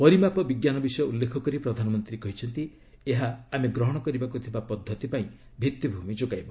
ପରିମାପ ବିଜ୍ଞାନ ବିଷୟ ଉଲ୍ଲେଖ କରି ପ୍ରଧାନମନ୍ତ୍ରୀ କହିଛନ୍ତି ଏହା ଆମେ ଗ୍ରହଣ କରିବାକୁ ଥିବା ପଦ୍ଧତି ପାଇଁ ଭିଭିଭୂମି ଯୋଗାଇବ